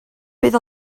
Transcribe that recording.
bydd